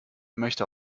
möchte